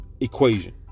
equation